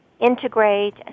integrate